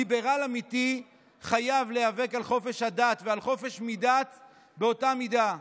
ליברל אמיתי חייב להיאבק על חופש הדת ועל חופש מדת באותה מידה,